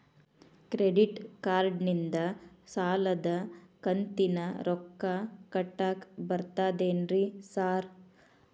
Credit ಕಾರ್ಡನಿಂದ ಸಾಲದ ಕಂತಿನ ರೊಕ್ಕಾ ಕಟ್ಟಾಕ್ ಬರ್ತಾದೇನ್ರಿ ಸಾರ್?